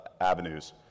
avenues